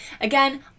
Again